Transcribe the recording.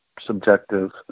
subjective